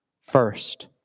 first